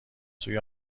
سوی